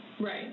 Right